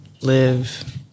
live